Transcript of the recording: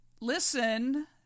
listen